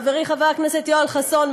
חברי חבר הכנסת יואל חסון,